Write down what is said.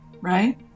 right